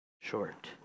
short